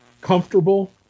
comfortable